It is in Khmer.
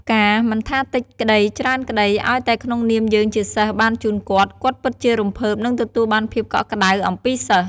ផ្កាមិនថាតិចក្តីច្រើនក្តីឱ្យតែក្នុងនាមយើងជាសិស្សបានជូនគាត់ គាត់ពិតជារំភើប និងទទួលបានភាពកក់ក្តៅអំពីសិស្ស។